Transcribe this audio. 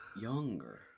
younger